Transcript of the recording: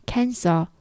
,Cancer 。